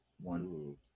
One